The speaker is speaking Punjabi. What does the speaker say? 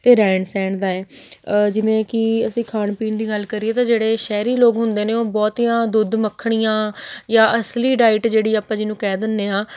ਅਤੇ ਰਹਿਣ ਸਹਿਣ ਦਾ ਹੈ ਜਿਵੇਂ ਕਿ ਅਸੀਂ ਖਾਣ ਪੀਣ ਦੀ ਗੱਲ ਕਰੀਏ ਤਾਂ ਜਿਹੜੇ ਸ਼ਹਿਰੀ ਲੋਕ ਹੁੰਦੇ ਨੇ ਉਹ ਬਹੁਤੀਆਂ ਦੁੱਧ ਮੱਖਣੀਆਂ ਜਾਂ ਅਸਲੀ ਡਾਇਟ ਜਿਹੜੀ ਆਪਾਂ ਜਿਹਨੂੰ ਕਹਿ ਦਿੰਦੇ ਹਾਂ